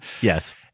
Yes